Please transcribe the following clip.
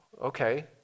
okay